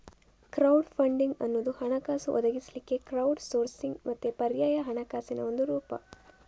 crowd funding ಅನ್ನುದು ಹಣಕಾಸು ಒದಗಿಸ್ಲಿಕ್ಕೆ ಕ್ರೌಡ್ ಸೋರ್ಸಿಂಗ್ ಮತ್ತೆ ಪರ್ಯಾಯ ಹಣಕಾಸಿನ ಒಂದು ರೂಪ